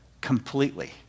completely